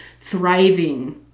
thriving